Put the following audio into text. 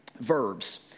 verbs